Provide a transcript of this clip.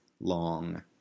long